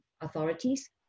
authorities